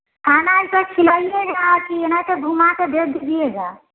खाना ऐसा खिलाइएगा है कि यह ना घूमा के भेज दीजिएगा